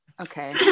okay